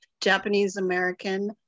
Japanese-American